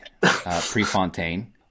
prefontaine